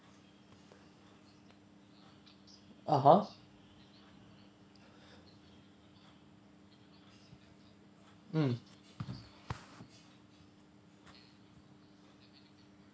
(uh huh) mm